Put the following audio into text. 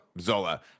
Zola